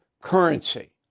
currency